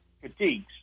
fatigues